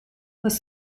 less